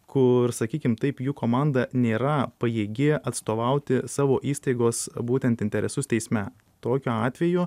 kur sakykim taip jų komanda nėra pajėgi atstovauti savo įstaigos būtent interesus teisme tokiu atveju